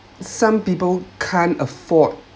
some people can’t afford